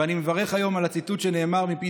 ואני מברך היום על הציטוט שנאמר מפי